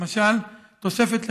למשל תוספת לחימה,